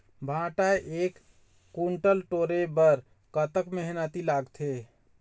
भांटा एक कुन्टल टोरे बर कतका मेहनती लागथे?